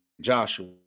joshua